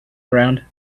around